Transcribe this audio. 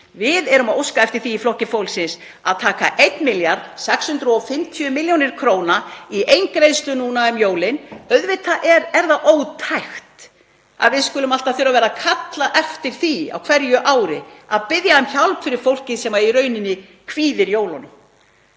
erum að óska eftir því að taka 1,65 milljarða kr. í eingreiðslu núna um jólin. Auðvitað er það ótækt að við skulum alltaf þurfa að vera að kalla eftir því á hverju ári að biðja um hjálp fyrir fólkið sem í rauninni kvíðir jólunum.